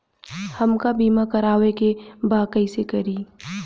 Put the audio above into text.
हमका बीमा करावे के बा कईसे करी?